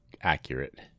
accurate